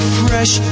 fresh